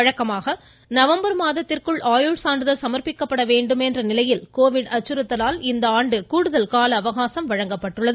வழக்கமாக நவம்பர் மாதத்திற்குள் ஆயுள் சான்றிதழ் சமர்ப்பிக்கப்பட வேண்டும் என்ற நிலையில் கோவிட் அச்சுறுத்தலால் இந்த ஆண்டு கூடுதல் கால அவகாசம் வழங்கப்பட்டுள்ளது